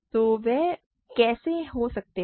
तो वे कैसे हो सकते हैं